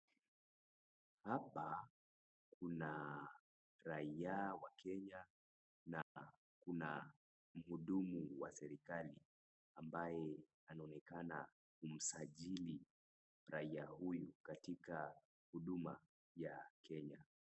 Hapa kuna raia wa Kenya na kuna mhudumu wa serikali ambaye anaonekana kumsaliji raia huyu katika huduma ya Kenya.